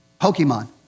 Pokemon